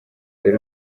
dore